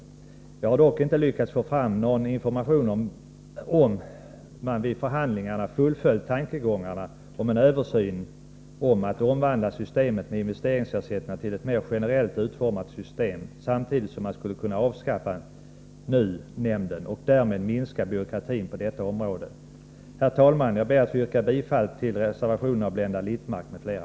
Jag har dock inte lyckats få fram någon information om man vid förhandlingarna fullföljt tankegångarna om en översyn med målet att omvandla systemet med investeringsersättningar till ett mer generellt utformat system samtidigt som man skulle kunna avskaffa nämnden för undervisningssjukhusens utbyggande och därmed minska byråkratin på detta område. Herr talman! Jag ber att få yrka bifall till reservationen av Blenda Littmarck m.fl.